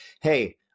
hey